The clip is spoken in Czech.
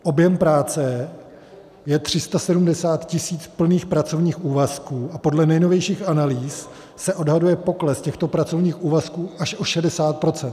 Objem práce je 370 tisíc plných pracovních úvazků a podle nejnovějších analýz se odhaduje pokles těchto pracovních úvazků až o 60 %.